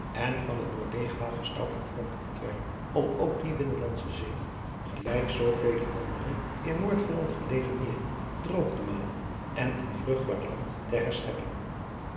en van het door leeghwater stout gevormd ontwerp om ook die binnenlandsche zee gelijk zoovele andere in noordholland gelegen meren droog te malen en in vruchtbaar land te herscheppen